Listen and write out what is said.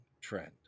trend